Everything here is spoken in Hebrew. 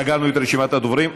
סגרנו את רשימת הדוברים.